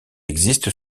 existe